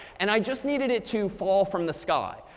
and i just needed it to fall from the sky.